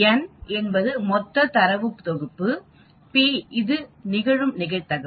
n என்பது மொத்த தரவு தொகுப்பு p இது நிகழும் நிகழ்தகவு